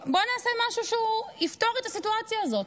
בואו נעשה משהו שיפתור את הסיטואציה הזאת.